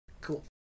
Cool